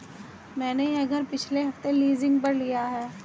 मैंने यह घर पिछले हफ्ते लीजिंग पर लिया है